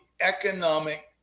economic